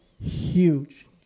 huge